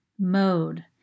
mode